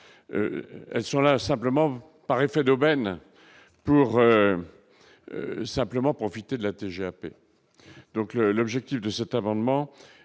elles sont là simplement par effet d'aubaine pour simplement profiter de la TGAP donc le l'objectif de cet amendement